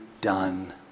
done